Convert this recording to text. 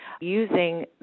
using